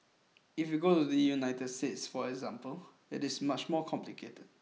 if you go to the United States for example it is much more complicated